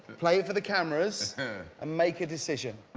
play it for the cameras and make a decision.